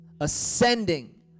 ascending